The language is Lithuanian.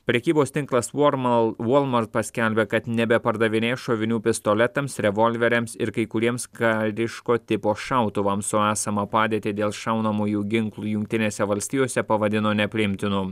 prekybos tinklas vormal walmart paskelbė kad nebepardavinės šovinių pistoletams revolveriams ir kai kuriems kariško tipo šautuvams o esamą padėtį dėl šaunamųjų ginklų jungtinėse valstijose pavadino nepriimtinu